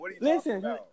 Listen